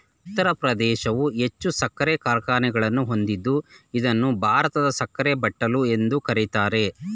ಉತ್ತರ ಪ್ರದೇಶವು ಹೆಚ್ಚು ಸಕ್ಕರೆ ಕಾರ್ಖಾನೆಗಳನ್ನು ಹೊಂದಿದ್ದು ಇದನ್ನು ಭಾರತದ ಸಕ್ಕರೆ ಬಟ್ಟಲು ಎಂದು ಕರಿತಾರೆ